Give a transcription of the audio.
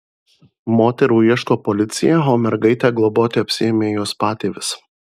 moterų ieško policija o mergaitę globoti apsiėmė jos patėvis